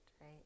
right